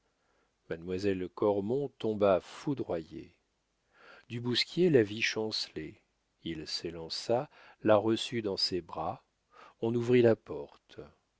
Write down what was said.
mademoiselle cormon tomba foudroyée du bousquier la vit chanceler il s'élança la reçut dans ses bras on ouvrit la porte